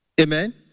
Amen